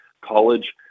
college